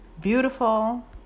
beautiful